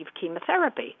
chemotherapy